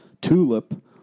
Tulip